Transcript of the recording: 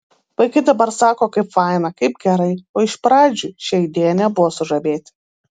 vaikai dabar sako kaip faina kaip gerai o iš pradžių šia idėja nebuvo sužavėti